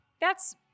That's-